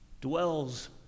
dwells